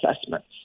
assessments